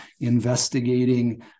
investigating